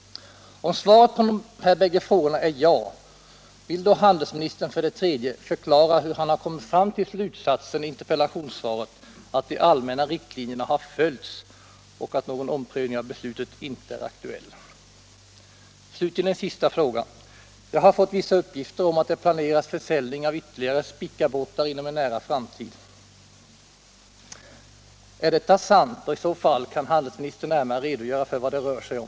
Om svaret på de här bägge frågorna är ja, då vill jag be handelsministern, för det tredje, förklara hur han har kommit fram till slutsatsen i interpellationssvaret att de allmänna riktlinjerna har följts och att någon omprövning av beslutet inte är aktuell. Slutligen en sista fråga. Jag har fått vissa uppgifter om att det planeras försäljning av ytterligare Spicabåtar inom en nära framtid. Är detta sant och, i så fall, kan handelsministern närmare redogöra för vad det rör sig om?